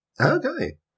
Okay